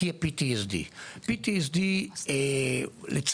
היא PTSD. לצערנו,